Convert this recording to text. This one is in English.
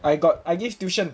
I got I give tuition